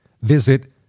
Visit